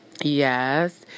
Yes